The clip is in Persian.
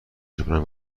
جبران